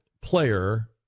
player